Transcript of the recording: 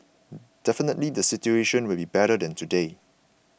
definitely the situation will be better than today